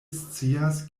scias